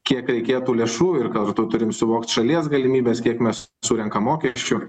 kiek reikėtų lėšų ir kartu turim suvokt šalies galimybes kiek mes surenkam mokesčių